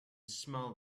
smell